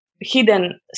hidden